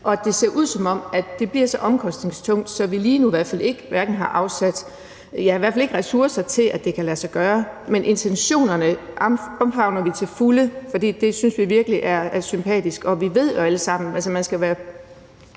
Det ser ud, som om det bliver så omkostningstungt, så vi lige nu i hvert fald ikke har ressourcer til, at det kan lade sig gøre. Men intentionerne omfavner vi til fulde, for vi synes virkelig, det er sympatisk. Og vi ved det jo alle sammen. Altså, man skal virkelig